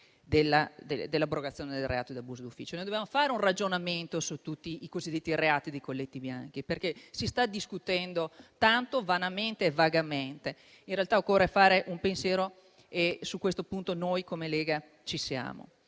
dell'abrogazione del reato di abuso d'ufficio. Dobbiamo fare un ragionamento su tutti i cosiddetti reati dei colletti bianchi, perché si sta discutendo tanto, vanamente e vagamente. In realtà occorre fare un pensiero su questo punto e noi, come Lega, ci siamo.